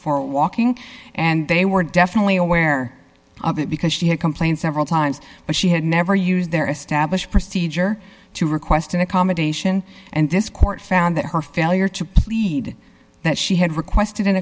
for walking and they were definitely aware of it because she had complained several times but she had never used their established procedure to request an accommodation and this court found that her failure to plead that she had requested